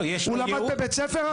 הוא למד בבית ספר אחר.